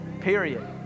Period